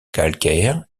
calcaires